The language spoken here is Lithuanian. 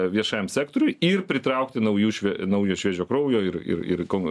viešajam sektoriui ir pritraukti naujų švie naujo šviežio kraujo ir ir ko